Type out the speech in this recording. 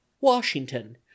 Washington